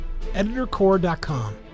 EditorCore.com